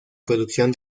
producción